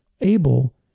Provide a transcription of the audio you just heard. able